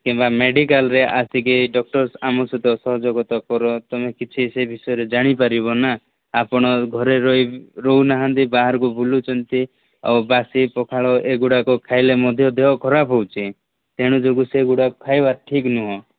କିମ୍ବା ମେଡ଼ିକାଲରେ ଆସିକି ଏଇ ଡକ୍ଟର୍ ଆମ ସହିତ ସହଯୋଗ ତ କର ତୁମେ କିଛି ସେ ବିଷୟରେ ଜାଣିପାରିବ ନା ଆପଣ ଘରେ ରହି ରହୁନାହାଁନ୍ତି ବାହାରକୁ ବୁଲୁଛନ୍ତି ଆଉ ବାସି ପଖାଳ ଏଗୁଡ଼ାକ ଖାଇଲେ ମଧ୍ୟ ଦେହ ଖରାପ ହେଉଛି ତେଣୁ ଯୋଗୁଁ ସେଗୁଡ଼ାକ ଖାଇବା ଠିକ୍ ନୁହଁ